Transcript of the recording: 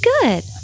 good